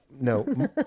no